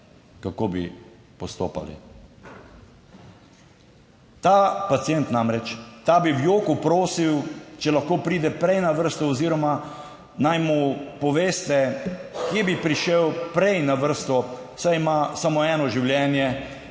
Kako bi postopali? Ta pacient, namreč, ta bi v joku prosil, če lahko pride prej na vrsto oziroma naj mu poveste, kje bi prišel prej na vrsto, saj ima samo eno življenje,